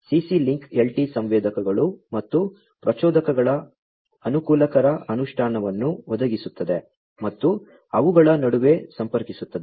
CC link LT ಸಂವೇದಕಗಳು ಮತ್ತು ಪ್ರಚೋದಕಗಳ ಅನುಕೂಲಕರ ಅನುಷ್ಠಾನವನ್ನು ಒದಗಿಸುತ್ತದೆ ಮತ್ತು ಅವುಗಳ ನಡುವೆ ಸಂಪರ್ಕಿಸುತ್ತದೆ